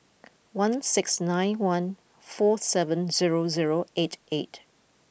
one six nine one four seven zero zero eight eight